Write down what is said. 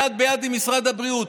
יד ביד עם משרד הבריאות,